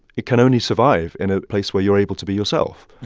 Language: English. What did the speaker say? it can only survive in a place where you're able to be yourself.